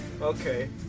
Okay